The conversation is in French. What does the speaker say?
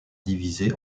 divisée